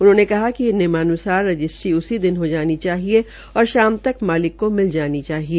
उन्होंने कहा कि नियमान्सार रजिस्ट्री उसी दिन हो जानी चाहिए और शाम तक मलिक को मिल जानी चाहिए